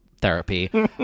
therapy